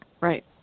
Right